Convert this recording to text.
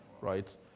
Right